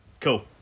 cool